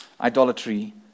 idolatry